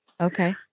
Okay